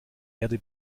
erde